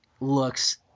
looks